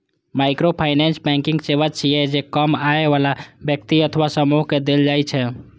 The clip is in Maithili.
माइक्रोफाइनेंस बैंकिंग सेवा छियै, जे कम आय बला व्यक्ति अथवा समूह कें देल जाइ छै